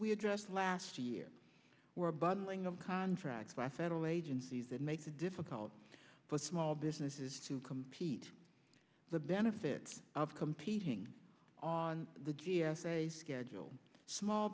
we addressed last year were bundling of contracts by federal agencies that makes it difficult for small businesses to compete the benefits of competing on the g s a schedule small